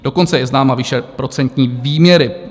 Dokonce je známa výše procentní výměry.